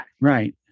right